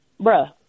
Bruh